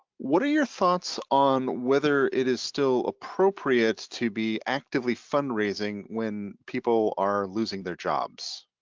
what are your thoughts on whether it is still appropriate to be actively fundraising when people are losing their jobs?